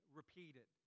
repeated